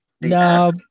No